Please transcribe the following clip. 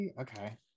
okay